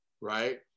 right